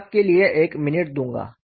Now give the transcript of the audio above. मैं आपके लिए एक मिनट दूंगा